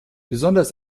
besonders